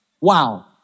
wow